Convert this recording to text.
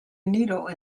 needle